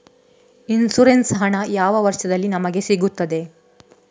Insurance ಹಣ ಯಾವ ವರ್ಷದಲ್ಲಿ ನಮಗೆ ಸಿಗುತ್ತದೆ?